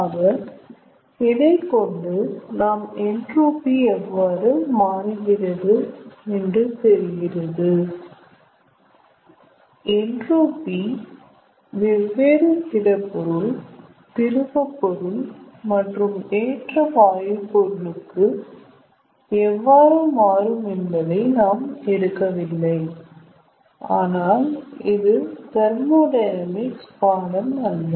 ஆக இதை கொண்டு நாம் என்ட்ரோபி எவ்வாறு மாறுகிறது என்று தெரிகிறது என்ட்ரோபி வெவ்வேறு திடப்பொருள் திரவப்பொருள் மற்றும் ஏற்ற வாயுப்பொருளுக்கு எவ்வாறு மாறும் என்பதை நாம் எடுக்கவில்லை ஆனால் இது தெர்மோடையனாமிக்ஸ் பாடம் அல்ல